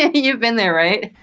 and you've been there, right?